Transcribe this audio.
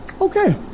Okay